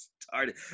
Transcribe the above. started